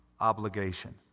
obligation